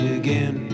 again